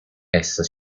essa